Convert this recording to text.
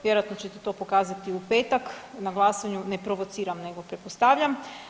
Vjerojatno ćete to pokazati u petak na glasanju, ne provociram, nego pretpostavljam.